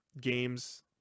games